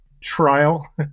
trial